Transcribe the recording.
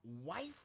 wife